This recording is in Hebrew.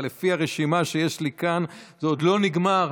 אבל לפי הרשימה שיש לי כאן זה עוד לא נגמר.